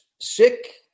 sick